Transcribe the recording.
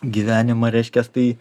gyvenimą reiškias tai